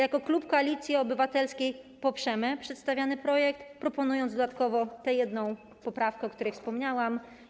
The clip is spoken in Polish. Jako klub Koalicji Obywatelskiej poprzemy przedstawiony projekt, proponując dodatkowo tę jedną poprawkę, o której wspomniałam.